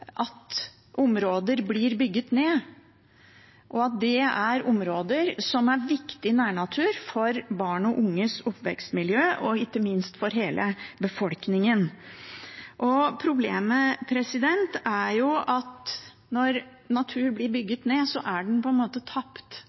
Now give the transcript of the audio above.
at områder blir bygd ned, og at det er områder som er viktig nærnatur for barn og unges oppvekstmiljø og ikke minst for hele befolkningen. Problemet er at når natur blir bygd ned, er den på en måte tapt.